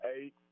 eight